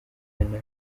nabi